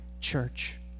church